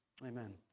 Amen